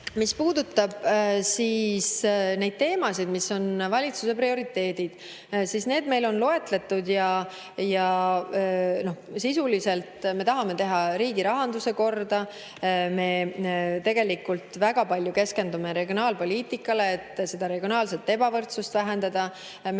Mis puudutab neid teemasid, mis on valitsuse prioriteedid, siis need on meil loetletud. Sisuliselt me tahame teha riigi rahanduse korda. Me väga palju keskendume regionaalpoliitikale, et regionaalset ebavõrdsust vähendada. Me